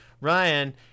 Ryan